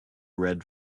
read